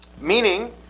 meaning